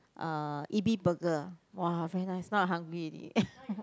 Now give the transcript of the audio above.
uh Ebi Burger !wah! very nice now I hungry already